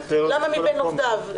למה מבין עובדיו?